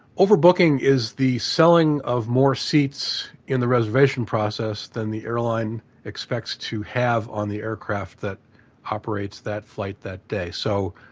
overbooking is the selling of more seats in the reservation process than the airline expects to have on the aircraft that operates that flight that day. so,